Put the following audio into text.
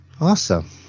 Awesome